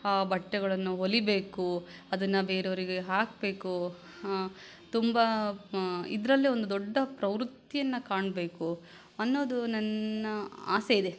ಬಟ್ಟೆಗಳನ್ನು ಹೊಲಿಯಬೇಕು ಅದನ್ನು ಬೇರೆಯವ್ರಿಗೆ ಹಾಕಬೇಕು ತುಂಬ ಇದರಲ್ಲೇ ಒಂದು ದೊಡ್ಡ ಪ್ರವೃತ್ತಿಯನ್ನು ಕಾಣಬೇಕು ಅನ್ನೋದು ನನ್ನ ಆಸೆ ಇದೆ